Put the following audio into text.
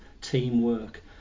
teamwork